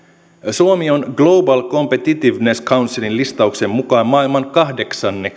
suomi on global competitiveness councilin listauksen mukaan maailman kahdeksannen